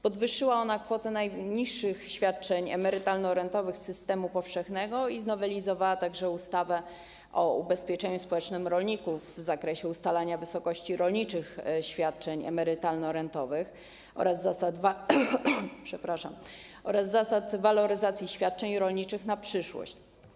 Podwyższyła ona kwotę najniższych świadczeń emerytalno-rentowych z systemu powszechnego i znowelizowała ustawę o ubezpieczeniu społecznym rolników w zakresie ustalania wysokości rolniczych świadczeń emerytalno-rentowych oraz zasad waloryzacji świadczeń rolniczych na przyszłość.